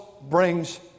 brings